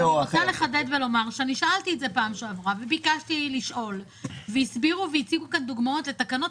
בפעם שעברה הציגו כאן דוגמאות לתקנות